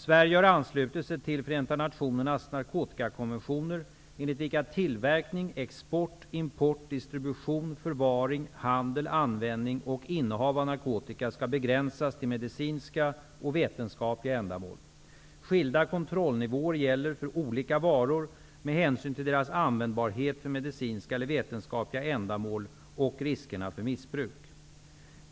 Sverige har anslutit sig till Förenta nationernas narkotikakonventioner, enligt vilka tillverkning, export, import, distribution, förvaring, handel, användning och innehav av narkotika skall begränsas till medicinska och vetenskapliga ändamål. Skilda kontrollnivåer gäller för olika varor med hänsyn till deras användbarhet för medicinska eller vetenskapliga ändamål och riskerna för missbruk.